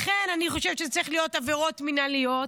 לכן אני חושבת שצריכות להיות עבירות מינהליות,